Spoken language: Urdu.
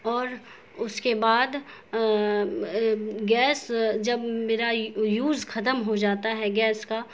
اور اس کے بعد گیس جب میرا یوز ختم ہو جاتا ہے گیس کا